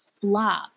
flop